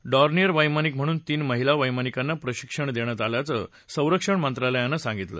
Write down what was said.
Dornier वैमानिक म्हणून तीन महिला वैमानिकांना प्रशिक्षण देण्यात आल्याचं संरक्षण मंत्रालयानं सांगितलं